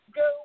go